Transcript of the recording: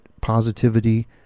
positivity